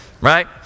right